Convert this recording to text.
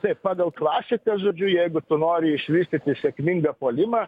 taip pagal klasiką žodžiu jeigu tu nori išvystyti sėkmingą puolimą